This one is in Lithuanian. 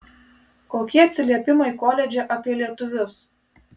kokie atsiliepimai koledže apie lietuvius